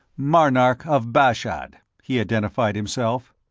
marnark of bashad, he identified himself.